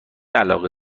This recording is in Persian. علاقه